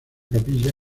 capilla